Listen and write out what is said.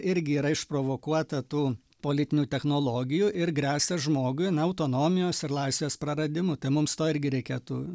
irgi yra išprovokuota tų politinių technologijų ir gresia žmogui autonomijos ir laisvės praradimu tai mums to irgi reikėtų